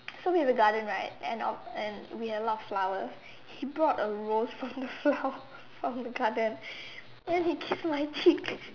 so we have a garden right and of and we have a lot of flowers he bought a rose from the flower from the garden and then he kiss my cheek